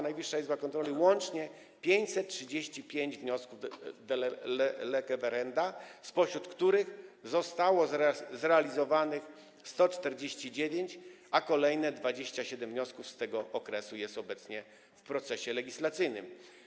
Najwyższa Izba Kontroli sformułowała łącznie 535 wniosków de lege ferenda, spośród których zostało zrealizowanych 149, a kolejne 27 wniosków z tego okresu jest obecnie w procesie legislacyjnym.